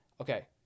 okay